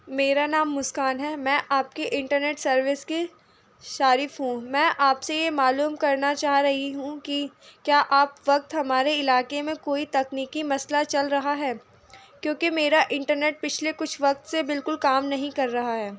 میرا نام مسکان ہے میں آپ کے انٹرنیٹ سروس کی صارف ہوں میں آپ سے یہ معلوم کرنا چاہ رہی ہوں کہ کیا آپ وقت ہمارے علاقے میں کوئی تکنیکی مسئلہ چل رہا ہے کیونکہ میرا انٹرنیٹ پچھلے کچھ وقت سے بالکل کام نہیں کر رہا ہے